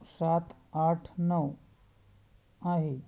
सात आठ नऊ आहे